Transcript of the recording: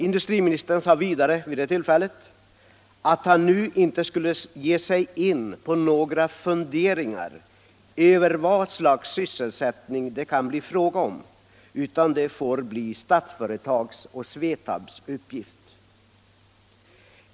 Industriministern sade vidare vid det tillfället att han nu inte skulle ge sig in på några funderingar över vad slags sysselsättning det kan bli fråga om, utan det får bli Statsföretags och SVETAB:s uppgift.